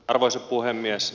arvoisa puhemies